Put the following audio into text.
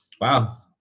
Wow